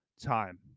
time